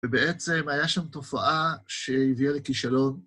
ובעצם היה שם תופעה שהביאה לכישלון.